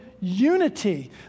unity